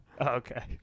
Okay